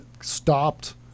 stopped